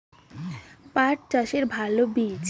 পাঠ চাষের ভালো বীজ?